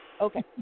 Okay